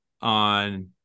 on